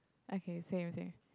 okay same same